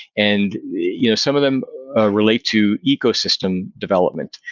and you know some of them relate to ecosystem development.